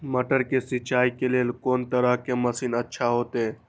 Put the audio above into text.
मटर के सिंचाई के लेल कोन तरह के मशीन अच्छा होते?